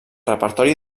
repertori